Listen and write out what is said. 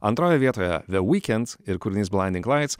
antroje vietoje the weeknds ir kūrinys blinding lights